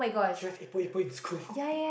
you have epok epok in school